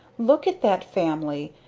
look at that family!